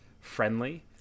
friendly